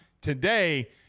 Today